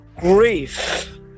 Grief